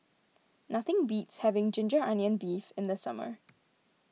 nothing beats having Ginger Onions Beef in the summer